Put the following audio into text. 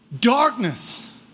darkness